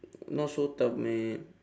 not so tough meh